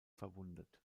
verwundet